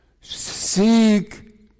Seek